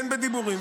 בין בדיבורים,